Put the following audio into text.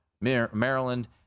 Maryland